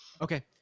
okay